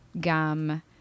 gum